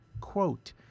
quote